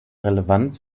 relevanz